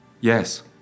Yes